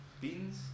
Beans